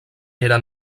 era